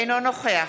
אינו נוכח